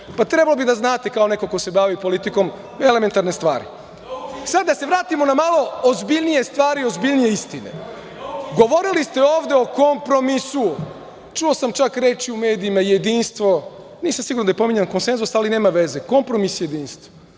Trebalo bi to da znate, kao neko ko se bavi politikom, elementarne stvari. Sad da se vratimo na malo ozbiljnije stvari i ozbiljnije istine. Govorili ste ovde o kompromisu. Čuo sam čak reči u medijima jedinstvo, nisam siguran da je pominjan konsenzus, ali nema veze, kompromis-jedinstvo.